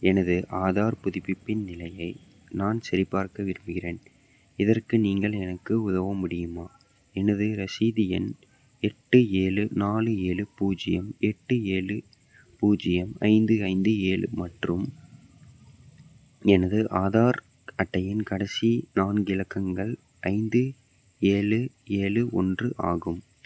எனது ஆதார் புதுப்பிப்பின் நிலையை நான் சரிபார்க்க விரும்புகின்றேன் இதற்கு நீங்கள் எனக்கு உதவ முடியுமா எனது ரசீது எண் எட்டு ஏழு நாலு ஏழு பூஜ்ஜியம் எட்டு ஏழு பூஜ்ஜியம் ஐந்து ஐந்து ஏழு மற்றும் எனது ஆதார் அட்டையின் கடைசி நான்கு இலக்கங்கள் ஐந்து ஏழு ஏழு ஒன்று ஆகும்